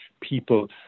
people